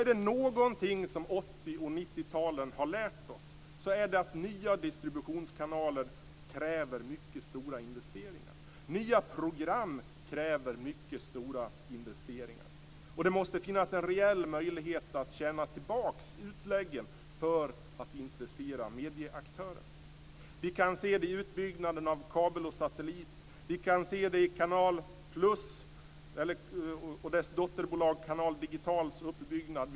Är det någonting som 80 och 90-talen har lärt oss så är det att nya distributionskanaler kräver mycket stora investeringar. Nya program kräver mycket stora investeringar. Det måste finnas en reell möjlighet att man kan tjäna tillbaka utläggen för att det ska kunna intressera medieaktören. Vi kan se det i utbyggnaden av kabel-TV och satellit-TV. Vi kan se det i Canal + och dess dotterbolag Canal Digitals uppbyggnad.